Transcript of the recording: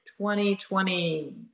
2020